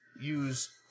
use